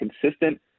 consistent